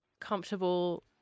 comfortable